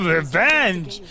revenge